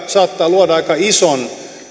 saattaa luoda aika ison